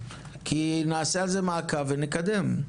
כי נעשה על זה מעקב ונקדם.